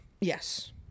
Yes